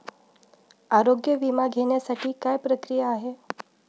आरोग्य विमा घेण्यासाठी काय प्रक्रिया आहे?